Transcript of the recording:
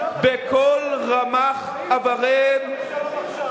בכל רמ"ח איבריהם,